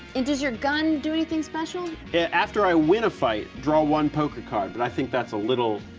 and does your gun do anything special? after i win a fight, draw one poker card, but i think that's a little,